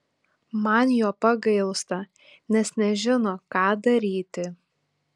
man jo pagailsta nes nežino ką daryti